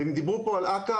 אם דיברו פה על עכר,